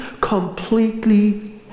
completely